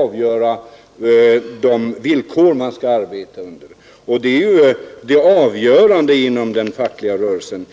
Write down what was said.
bestämma vilka villkor de skall arbeta under, och det är ju det avgörande inom den fackliga rörelsen.